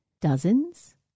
dozens